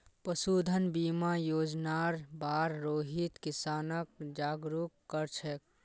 पशुधन बीमा योजनार बार रोहित किसानक जागरूक कर छेक